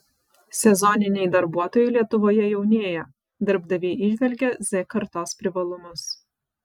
sezoniniai darbuotojai lietuvoje jaunėja darbdaviai įžvelgia z kartos privalumus